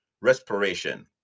respiration